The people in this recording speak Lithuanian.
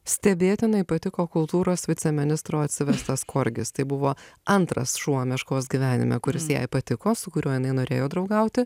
stebėtinai patiko kultūros viceministro atsivestas korgis tai buvo antras šuo meškos gyvenime kuris jai patiko su kuriuo jinai norėjo draugauti